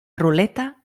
ruleta